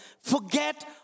forget